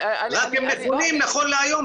רק הם נתונים נכון להיום.